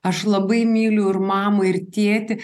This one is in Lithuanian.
aš labai myliu ir mamą ir tėtį